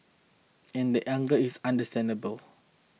and that anger is understandable